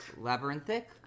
Labyrinthic